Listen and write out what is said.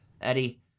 Eddie